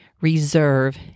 reserve